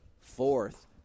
fourth